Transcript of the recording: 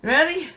Ready